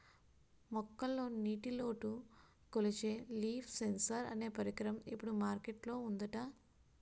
మొక్కల్లో నీటిలోటు కొలిచే లీఫ్ సెన్సార్ అనే పరికరం ఇప్పుడు మార్కెట్ లో ఉందట